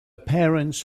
parents